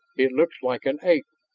it looks like an ape,